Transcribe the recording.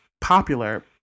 popular